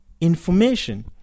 information